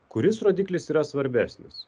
kuris rodiklis yra svarbesnis